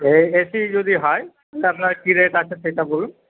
তো এই এসি যদি হয় তো আপনার কি রেট আছে সেইটা বলুন